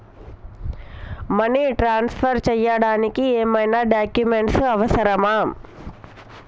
Money transfer చేయడానికి ఏమైనా documents అవసరమా?